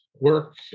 work